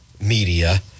media